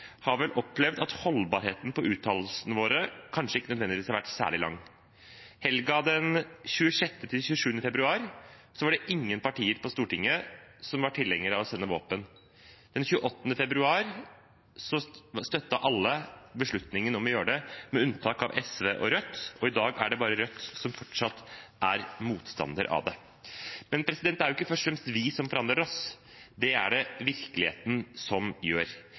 har vel opplevd at holdbarheten på uttalelsene våre kanskje ikke nødvendigvis har vært særlig lang. Helgen 26.–27. februar var det ingen partier på Stortinget som var tilhenger av å sende våpen. Den 28. februar støttet alle beslutningen om å gjøre det, med unntak av SV og Rødt, og i dag er det bare Rødt som fortsatt er motstander av det. Men det er ikke først og fremst vi som forandrer oss; det er det virkeligheten som gjør.